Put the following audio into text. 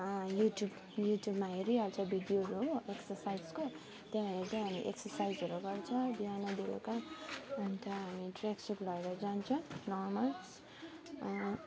YouTube युट्यबममा हेरिहाल्छु भिडियोहरू हो एक्सर्साइजको त्यहाँ हेर्दै हामी एक्सर्साइजहरू गर्छ बिहान बेलुका अन्त हामी ट्रयाक सुट लगाएर जान्छ नर्मल